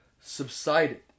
subsided